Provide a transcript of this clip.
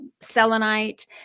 selenite